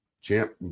Champ